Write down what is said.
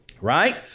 right